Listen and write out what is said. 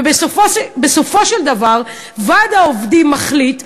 ובסופו של דבר ועד העובדים מחליט,